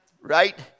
Right